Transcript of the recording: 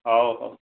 ହଉ ହଉ